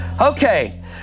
Okay